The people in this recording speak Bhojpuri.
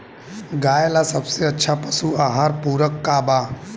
गाय ला सबसे अच्छा पशु आहार पूरक का बा?